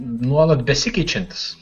nuolat besikeičiantis